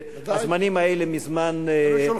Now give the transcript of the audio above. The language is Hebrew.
הזמנים האלה מזמן עברו.